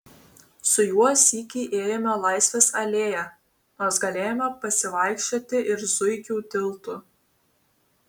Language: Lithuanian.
su juo sykį ėjome laisvės alėja nors galėjome pasivaikščioti ir zuikių tiltu